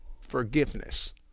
forgiveness